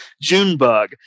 Junebug